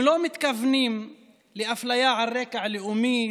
הם לא מתכוונים לאפליה על רקע לאומי,